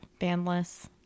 bandless